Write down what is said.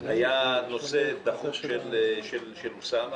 היה נושא דחוף של אוסאמה.